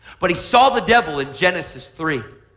but he saw the devil in genesis three.